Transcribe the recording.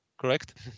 correct